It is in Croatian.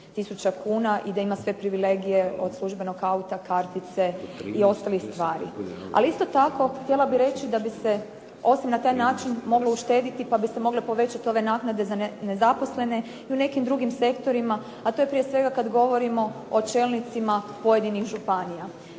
tisuća kuna i da ima sve privilegije od službenog auta, kartice i ostalih stvari. Ali isto tako htjela bih reći da bi se osim na taj način moglo uštediti pa bi se mogle povećati ove naknade za nezaposlene i u nekim drugim sektorima. A to je prije svega kada govorimo o čelnicima pojedinih županija.